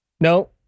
No